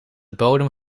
bodem